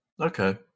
Okay